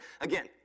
again